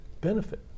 benefit